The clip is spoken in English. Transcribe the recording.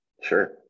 sure